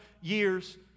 years